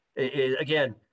Again